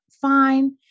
fine